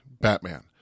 batman